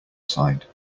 side